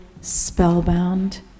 spellbound